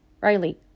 Riley